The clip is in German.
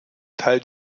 teilt